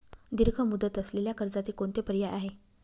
दीर्घ मुदत असलेल्या कर्जाचे कोणते पर्याय आहे?